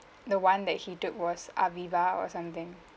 the one that he took was aviva or something